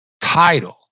title